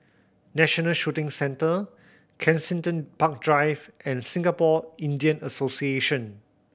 National Shooting Centre Kensington Park Drive and Singapore Indian Association